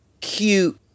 cute